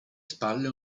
spalle